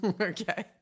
Okay